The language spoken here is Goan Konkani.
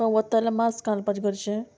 खंय वता जाल्या मास्क घालपाचें गरजेचें